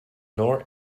nor